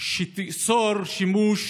שתאסור שימוש